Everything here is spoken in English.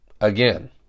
Again